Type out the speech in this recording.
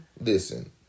Listen